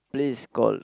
place called